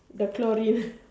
the chlorine